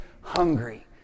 hungry